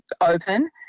open